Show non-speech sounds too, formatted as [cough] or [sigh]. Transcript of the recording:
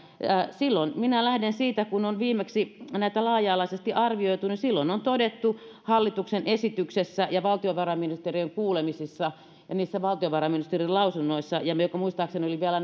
silloin minä lähden siitä kun on viimeksi näitä laaja alaisesti arvioitu ja silloin on todettu hallituksen esityksessä ja valtiovarainministeriön kuulemisissa ja niissä valtiovarainministeriön lausunnoissa jotka muistaakseni olivat vielä [unintelligible]